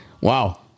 wow